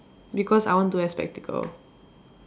because I want to have spectacle